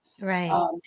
Right